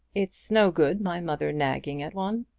it's no good my mother nagging at one.